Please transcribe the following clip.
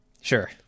Sure